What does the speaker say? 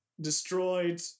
destroyed